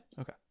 okay